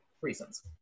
reasons